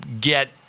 get